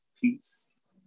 peace